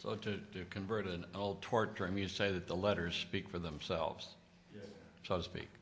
to do convert an old toward term you say that the letters speak for themselves so to speak